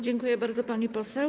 Dziękuję bardzo, pani poseł.